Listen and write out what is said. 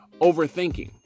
overthinking